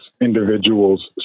individuals